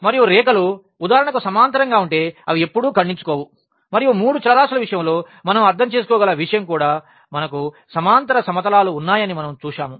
మరియు ఉదాహరణకు రేఖలు సమాంతరంగా ఉంటే అవి ఎప్పుడూ ఖండించుకోవు మరియు మూడు చలరాశుల విషయంలో మనం అర్థం చేసుకోగల విషయం కూడా మనకు సమాంతర సమతలాలు ఉన్నాయని మనం చూశాము